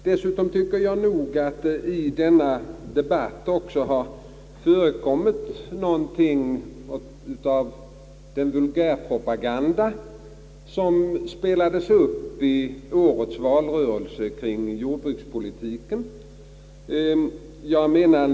Dessutom anser jag nog att det i debatten här har förekommit något av den vulgärpropaganda som spelades upp kring jordbrukspolitiken i årets valrörelse.